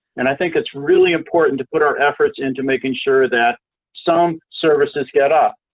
and i think it's really important to put our efforts into making sure that some services get up.